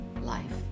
life